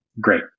Great